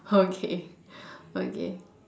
okay okay